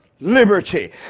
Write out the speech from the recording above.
Liberty